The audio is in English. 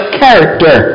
character